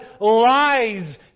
lies